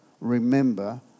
remember